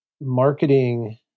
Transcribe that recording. marketing